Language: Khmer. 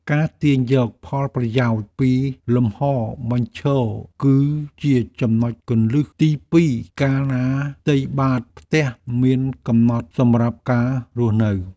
ការទាញយកផលប្រយោជន៍ពីលំហរបញ្ឈរគឺជាចំណុចគន្លឹះទីពីរកាលណាផ្ទៃបាតផ្ទះមានកំណត់សម្រាប់ការរស់នៅ។